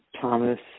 Thomas